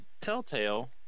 Telltale